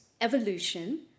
evolution